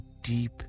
deep